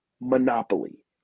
monopoly